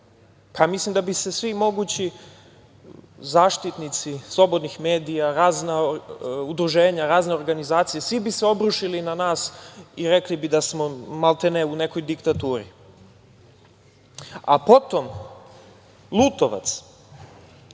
ja mislim da bi se svi mogući zaštitnici slobodnih medija, razna udruženja, razne organizacije, svi bi se obrušili na nas i rekli bi da smo, maltene, u nekoj diktaturi. Potom, Lutovac,